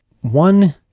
One